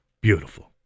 Beautiful